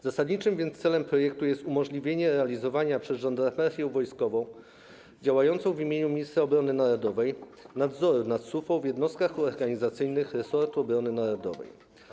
Zasadniczym więc celem projektu jest umożliwienie realizowania przez Żandarmerię Wojskową, działającą w imieniu ministra obrony narodowej, nadzoru nad SUFO w jednostkach organizacyjnych resortu obrony narodowej.